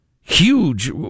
Huge